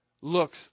looks